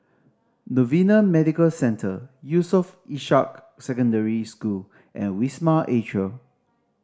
Novena Medical Centre Yusof Ishak Secondary School and Wisma Atria